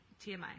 TMI